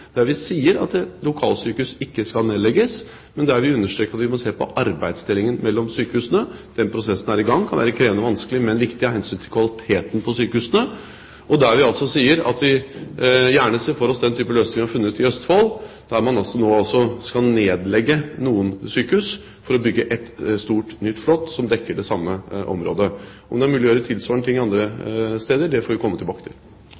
der vi sier at lokalsykehus ikke skal nedlegges, men der vi understreker at vi må se på arbeidsdelingen mellom sykehusene. Den prosessen er i gang og kan være krevende og vanskelig, men viktig av hensyn til kvaliteten på sykehusene. Vi sier at vi gjerne ser for oss den type løsning vi har funnet i Østfold, der man nå skal nedlegge noen sykehus for å bygge et stort, nytt og flott som dekker det samme området. Om det er mulig å gjøre tilsvarende andre steder, får vi komme tilbake til.